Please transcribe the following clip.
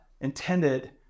intended